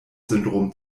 syndrom